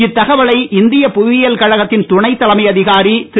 இத்தகவலை இந்த புவியியல் கழகத்தின் துணை தலைமை அதிகாரி திரு